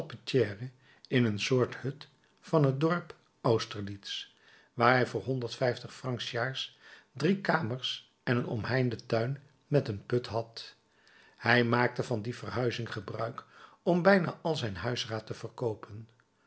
in een soort hut van het dorp austerlitz waar hij voor honderdvijftig francs s jaars drie kamers en een omheinden tuin met een put had hij maakte van die verhuizing gebruik om bijna al zijn huisraad te verkoopen